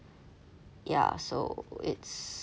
ya so it's